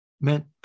meant